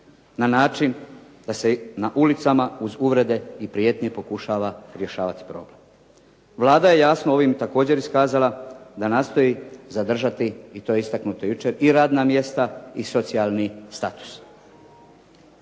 na način da se na ulicama uz uvrede i prijetnje pokušava rješavati problem. Vlada je jasno ovim također iskazala da nastoji zadržati, i to je istaknuto jučer, i radna mjesta i socijalni status.